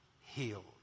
healed